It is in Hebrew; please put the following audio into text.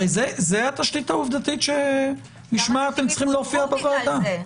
זו התשתית העובדתית שלשמה אתם צריכים להופיע בוועדה.